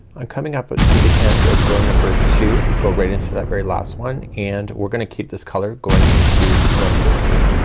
i'm coming up but to the end of row number two go right into that very last one and we're gonna keep this color going into row number three.